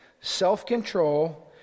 self-control